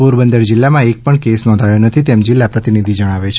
પોરબંદર જીલ્લામાં એકપણ કેસ નોંધાયો નથી તેમ જિલ્લા પ્રતિનિધિ જણાવે છે